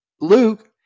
Luke